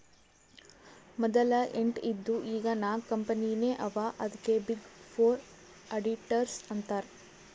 ಮದಲ ಎಂಟ್ ಇದ್ದು ಈಗ್ ನಾಕ್ ಕಂಪನಿನೇ ಅವಾ ಅದ್ಕೆ ಬಿಗ್ ಫೋರ್ ಅಡಿಟರ್ಸ್ ಅಂತಾರ್